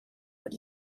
what